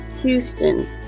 Houston